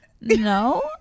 no